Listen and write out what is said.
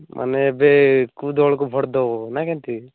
ମାନେ ଏବେ କୋଉ ଦଳକୁ ଭୋଟ୍ ଦେବ ନାଁ କେମତି